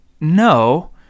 no